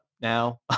now